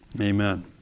Amen